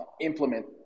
implement